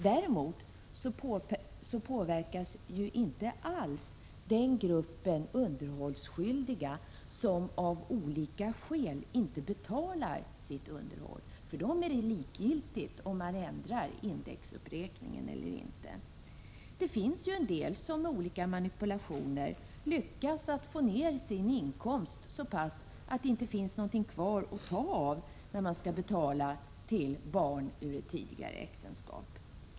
Däremot påverkas ju inte alls den grupp underhållsskyldiga som av olika skäl inte betalar sitt underhåll. För den gruppen är det likgiltigt om man ändrar indexuppräkningen eller inte. Det finns ju en del som med olika manipulationer lyckats få ned sin inkomst så pass att det inte finns någonting att ta av när man skall betala till barn ur ett tidigare äktenskap.